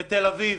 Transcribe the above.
בתל-אביב.